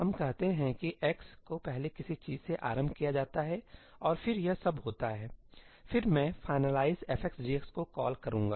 हम कहते हैं कि x को पहले किसी चीज़ से आरंभ किया जाता है और फिर यह सब होता है ठीक फिर मैं finalizefg को कॉल करूंगा